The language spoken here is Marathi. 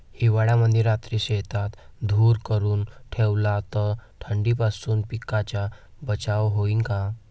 हिवाळ्यामंदी रात्री शेतात धुर करून ठेवला तर थंडीपासून पिकाचा बचाव होईन का?